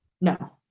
No